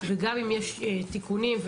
גם אם יש תיקונים נדרשים,